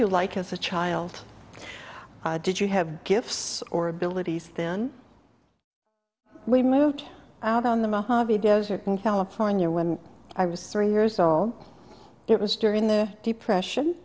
you like as a child did you have gifts or abilities then we moved out on the mojave desert in california when i was three years old it was during the depression